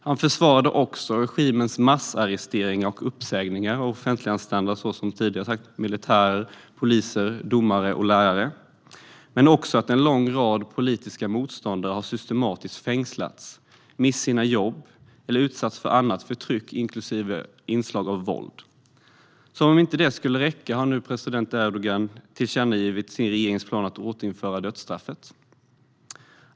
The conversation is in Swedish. Han försvarade också, som jag tidigare har sagt, regimens massarresteringar och massuppsägningar av offentliganställda, såsom militärer, poliser, domare och lärare, men också att en lång rad politiska motståndare systematiskt har fängslats, mist sina jobb eller utsatts för annat förtryck inklusive inslag av våld. Som om inte det skulle räcka har nu president Erdogan tillkännagivit sin regerings planer att återinföra dödsstraffet.